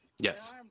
Yes